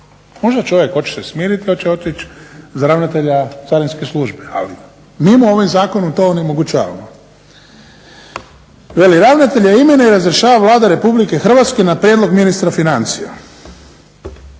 Možda čovjek hoće se smirit i hoće otići za ravnatelja Carinske službe, ali mi mu ovim zakonom to onemogućavamo. Veli ravnatelja imenuje i razrješava Vlada Republike Hrvatske na prijedlog ministra financija.